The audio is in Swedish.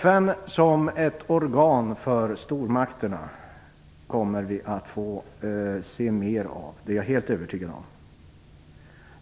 FN som ett organ för stormakterna kommer vi att få se mer av. Det är jag helt övertygad om.